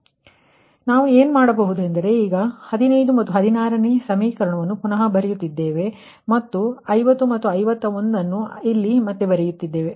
ಆದ್ದರಿಂದ ನಾವು ಏನು ಮಾಡುತ್ತಿದ್ದೇವೆಂದರೆ ಈಗ ನಾವು ಅದೇ 15 ಮತ್ತು 16 ಸಮೀಕರಣವನ್ನು ಪುನಃ ಬರೆಯುತ್ತಿದ್ದೇವೆ ಮತ್ತೆ 50 ಮತ್ತು 51 ಅನ್ನು ಇಲ್ಲಿ ಬರೆಯುತ್ತೇವೆ